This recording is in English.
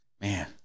man